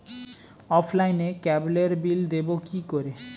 অফলাইনে ক্যাবলের বিল দেবো কি করে?